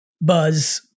Buzz